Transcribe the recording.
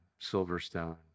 Silverstone